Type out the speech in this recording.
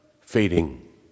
fading